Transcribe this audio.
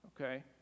Okay